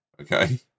okay